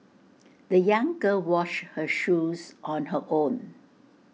the young girl washed her shoes on her own